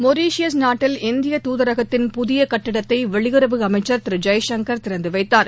Mauritius நாட்டில் இந்திய தூதரகத்தின் புதிக கட்டிடத்தை வெளியுறவு அமைச்சர் திரு ஜெய்சங்கர் திறந்து வைத்தார்